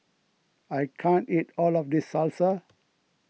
I can't eat all of this Salsa